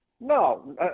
No